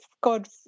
God